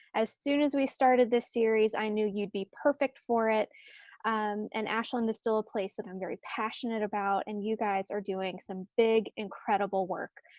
as soon as we started this series, i knew you'd be perfect for it and ashland is still a place thatii'm um very passionate about and you guys are doing some big, incredible work.